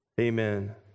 amen